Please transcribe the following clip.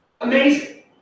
amazing